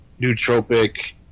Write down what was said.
nootropic